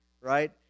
right